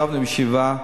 ישבנו בישיבה,